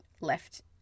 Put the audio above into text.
left